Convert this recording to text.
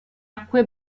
acque